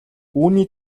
үүний